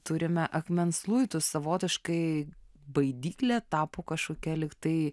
turime akmens luitus savotiškai baidyklė tapo kažkokia lygtai